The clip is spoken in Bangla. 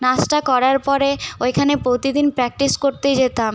নাচটা করার পরে ওইখানে প্রতিদিন প্র্যাকটিস করতে যেতাম